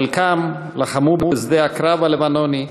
חלקם לחמו בשדה הקרב הלבנוני,